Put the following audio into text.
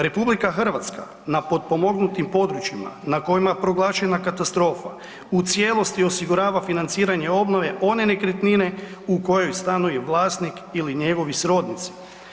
RH na potpomognutim područjima na kojima je proglašena katastrofa, u cijelosti osigurava financiranje obnove one nekretnine u kojoj stanuju vlasnik ili njegovi srodnici.